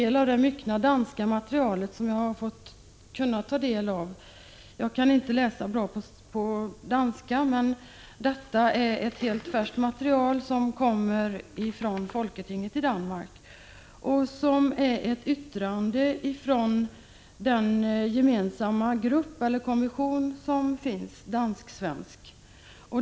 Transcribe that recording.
Jag har här helt färskt material från folketinget i Danmark. Det är ett yttrande från den gemensamma dansk-svenska kommissionen.